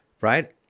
Right